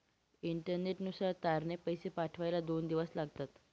इंटरनेटनुसार तारने पैसे पाठवायला दोन दिवस लागतात